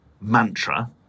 mantra